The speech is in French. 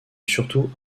surtout